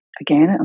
again